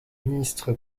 ministre